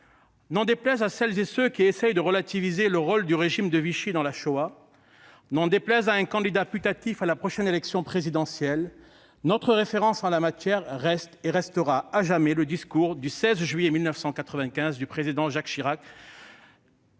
N'en déplaise à celles et à ceux qui essaient de relativiser le rôle du régime de Vichy dans la Shoah, et n'en déplaise à un candidat putatif à la prochaine élection présidentielle, notre référence en la matière reste et restera le discours du 16 juillet 1995 du président Jacques Chirac,